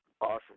Awesome